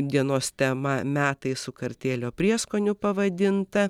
dienos tema metai su kartėlio prieskoniu pavadinta